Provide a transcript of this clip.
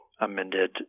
amended